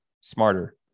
smarter